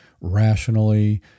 rationally